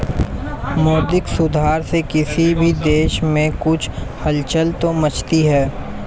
मौद्रिक सुधार से किसी भी देश में कुछ हलचल तो मचती है